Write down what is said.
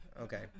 okay